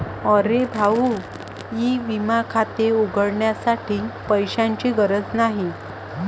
अरे भाऊ ई विमा खाते उघडण्यासाठी पैशांची गरज नाही